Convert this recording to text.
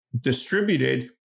distributed